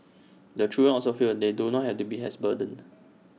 the children also feel they don not have to be as burdened